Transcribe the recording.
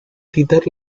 citar